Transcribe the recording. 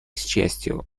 счастью